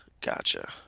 gotcha